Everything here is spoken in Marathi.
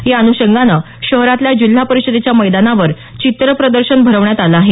या अनुषंगानं शहरातल्या जिल्हा परिषदेच्या मैदानावर चित्रप्रदर्शन भरवण्यात आलं आहे